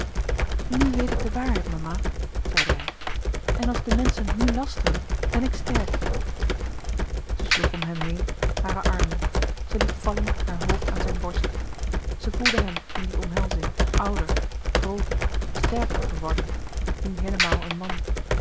nu weet ik de waarheid mama zeide hij en als de menschen nu lasteren ben ik sterk zij sloeg om hem heen hare armen zij liet vallen haar hoofd aan zijn borst zij voelde hem in die omhelzing ouder grooter sterker geworden nu heelemaal een man